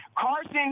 Carson